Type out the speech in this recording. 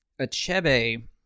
Achebe